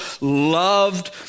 loved